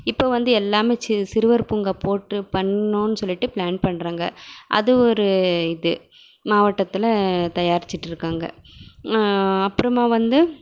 இப்போ வந்து எல்லாமே சிறுவர் பூங்கா போட்டு பண்ணோன்னு சொல்லிட்டு பிளான் பண்றாங்க அது ஒரு இது மாவட்டத்தில் தயாரித்திட்டுருக்காங்க அப்புறமா வந்து